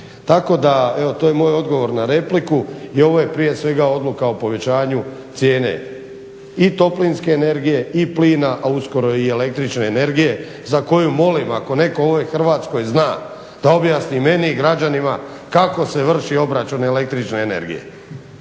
Tako da, evo to je moj odgovor na repliku i ovo je prije svega odluka o povećanju cijene i toplinske energije i plina a uskoro i električne energije za koju molim, ako netko u ovoj Hrvatskoj zna da objasni meni i građanima kako se vrši obračun električne energije.